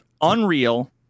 Unreal